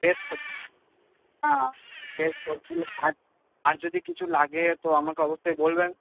হ্যাঁ ফ্রেশ সবজি হ্যাঁ আর যদি কিছু লাগে তো আমাকে অবশ্যই বলবেন